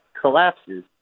collapses